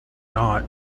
not